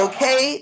Okay